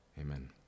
Amen